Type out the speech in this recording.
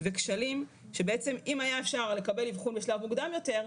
וכשלים שבעצם אם היה אפשר לקבל אבחון בשלב מאוחר יותר,